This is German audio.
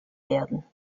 werden